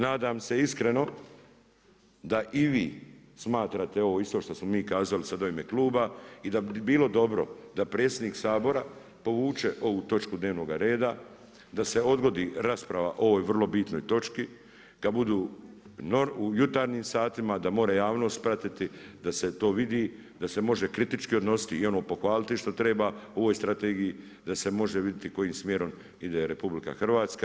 Nadam se iskreno da i vi smatrate ovo isto što smo mi kazali sad u ime kluba i da bi bilo dobro da predsjednik Sabora povuče ovu točku dnevnoga reda, da se odgodi rasprava o ovoj vrlo bitnoj točki kad budu u jutarnjim satima da more javnost pratiti, da se to vidi, da se može kritički odnositi i ono pohvaliti što treba u ovoj strategiji, da se može vidjeti kojim smjerom ide RH.